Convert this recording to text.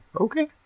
Okay